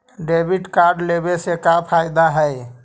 Debit card लेवे से का का फायदा है?